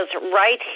right